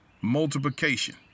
multiplication